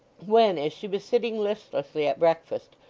when, as she was sitting listlessly at breakfast,